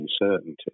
uncertainty